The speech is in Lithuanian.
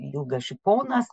ilgas žiponas